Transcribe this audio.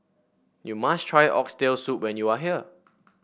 you must try Oxtail Soup when you are here